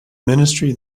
ministry